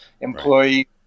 employee